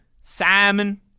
salmon